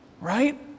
right